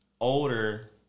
older